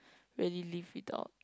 really live without